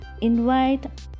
invite